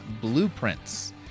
Blueprints